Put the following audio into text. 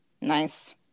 Nice